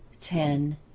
ten